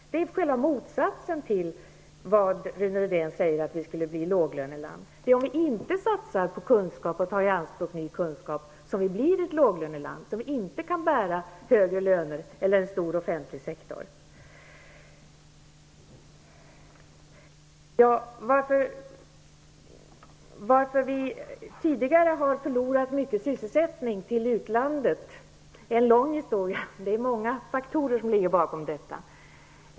Rune Rydén sade att Sverige skulle bli ett låglöneland om man följde vår linje, men det är tvärtom. Det är om vi inte satsar på ny kunskap och tar den i anspråk som vi blir ett låglöneland som inte kan bära högre löner eller en stor offentlig sektor. Orsaken till att vi tidigare har förlorat mycket sysselsättning till utlandet är en lång historia; det är många faktorer som ligger bakom.